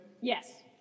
Yes